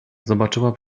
zobaczyła